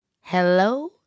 Hello